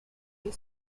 you